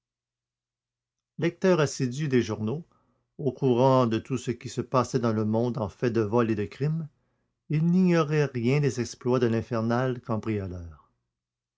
lecteur assidu des journaux au courant de tout ce qui se passait dans le monde en fait de vol et de crime il n'ignorait rien des exploits de l'infernal cambrioleur